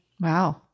Wow